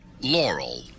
Laurel